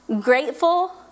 grateful